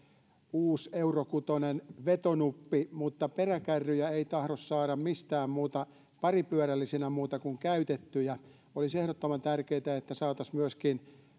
uusi euro kutonen vetonuppi mutta peräkärryjä ei tahdo saada mistään paripyörällisinä muuta kuin käytettyjä olisi ehdottoman tärkeätä että saataisiin myöskin